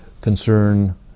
concern